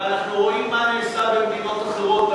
אנחנו רואים מה נעשה במדינות אחרות.